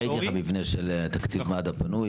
ראיתי את המבנה של תקציב מד"א בנוי,